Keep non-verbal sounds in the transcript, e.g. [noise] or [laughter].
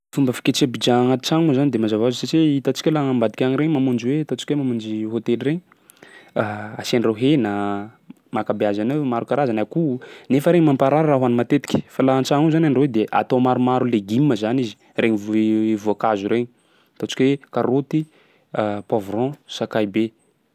Fomba fiketreha pizza agnaty tragno moa zany de mazava hoazy satsia hitantsika laha ambadika agny regny mamonjy hoe ataontsika hoe mamonjy hôtely regny: [hesitation] asiandreo hena ma- ankabeazany ao maro karazany ny akoho. Nefa regny mamparary raha hoany matetiky fa laha an-tragno ao zany andrahoy atao maromaro legima zany izy. Regny vo- [hesitation] voankazo regny ataontsika hoe karaoty, [hesitation] poivron, sakay be.